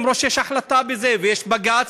למרות שיש החלטה ויש בג"ץ,